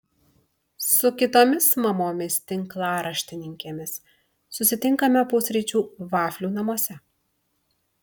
su kitomis mamomis tinklaraštininkėmis susitinkame pusryčių vaflių namuose